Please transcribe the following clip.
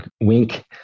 wink